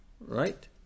Right